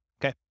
Okay